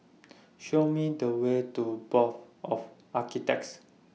Show Me The Way to Board of Architects